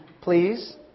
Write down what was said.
please